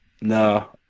No